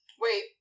Wait